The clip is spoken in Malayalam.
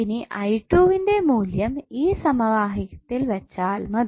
ഇനി വിന്റെ മൂല്യം ഈ സമവാക്യത്തിൽ വെച്ചാൽ മതി